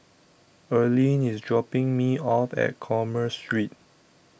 Erlene IS dropping Me off At Commerce Street